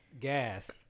Gas